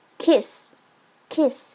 ，kiss，kiss，